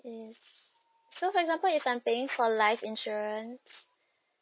yes so for example if I am paying for life insurance